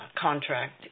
contract